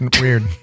weird